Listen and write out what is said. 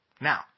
Now